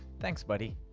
thanks buddy.